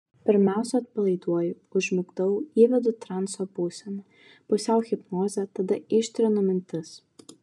pirmiausia atpalaiduoju užmigdau įvedu į transo būseną pusiau hipnozę tada ištrinu mintis